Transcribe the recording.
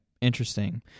Interesting